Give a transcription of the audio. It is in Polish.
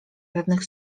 pewnych